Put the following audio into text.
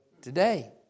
today